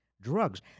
drugs